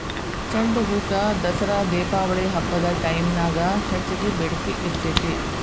ಚಂಡುಹೂಕ ದಸರಾ ದೇಪಾವಳಿ ಹಬ್ಬದ ಟೈಮ್ನ್ಯಾಗ ಹೆಚ್ಚಗಿ ಬೇಡಿಕಿ ಇರ್ತೇತಿ